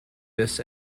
this